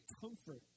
comfort